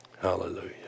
Hallelujah